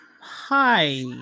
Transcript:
hi